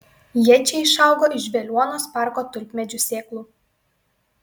jie čia išaugo iš veliuonos parko tulpmedžių sėklų